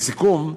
לסיכום,